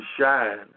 shine